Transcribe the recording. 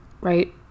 right